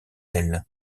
elle